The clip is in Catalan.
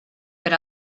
per